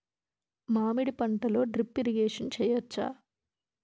మామిడి పంటలో drip irrigation చేయచ్చా?